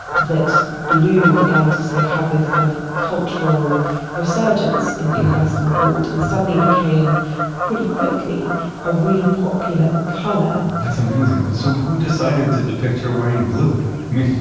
that blue began to sort of have this kind of cultural resurgence in in western thought and suddenly became pretty quickly a really popular color that's amazing. so who decided to depict her wearing blue? i mean,